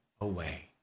away